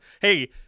hey